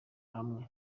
hamwe